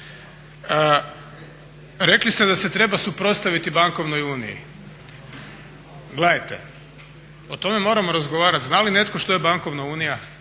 Rekli ste da se treba suprotstaviti bankovnoj uniji, gledajte, o tome moramo razgovarati. Zna li netko što je bankovna unija?